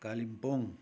Kalimpong